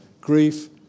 Grief